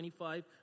25